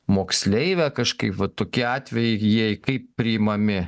moksleivę kažkaip va tokie atvejai jie kaip priimami